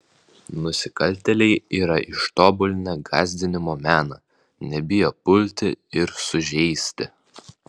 nusikaltėliai yra ištobulinę gąsdinimo meną nebijo pulti ir sužeisti